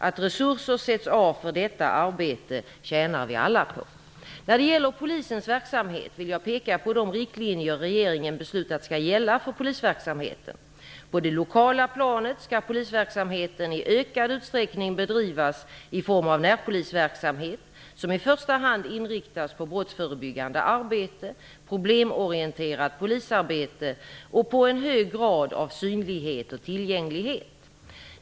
Att resurser sätts av för detta arbete tjänar vi alla på. När det gäller Polisens verksamhet vill jag peka på de riktlinjer regeringen beslutat skall gälla för polisverksamheten. På det lokala planet skall polisverksamheten i ökad utsträckning bedrivas i form av närpolisverksamhet som i första hand inriktas på brottsförebyggande arbete, problemorienterat polisarbete och på en hög grad av synlighet och tillgänglighet.